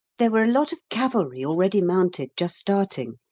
there were a lot of cavalry already mounted just starting,